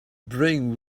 bring